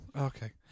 Okay